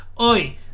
Oi